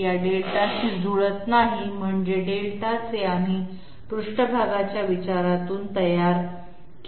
या δ शी जुळत नाही म्हणजे δ जे आम्ही पृष्ठभागाच्या विचारातून तयार केले आहे